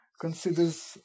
considers